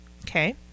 okay